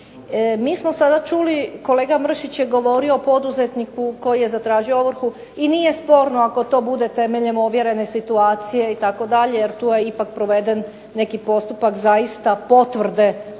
Mi smo sada čuli, kolega Mršić je govorio o poduzetniku koji je zatražio ovrhu i nije sporno ako to bude temeljem ovjerene situacije itd. jer tu je ipak proveden neki postupak zaista potvrde obavljenog